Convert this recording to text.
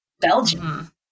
Belgium